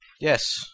Yes